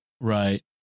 Right